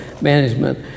management